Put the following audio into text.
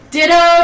Ditto